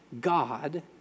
God